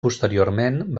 posteriorment